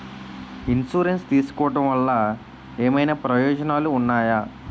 Insurance తీసుకోవటం వల్ల ఏమైనా ప్రయోజనాలు ఉన్నాయా?